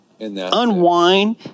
unwind